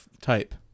type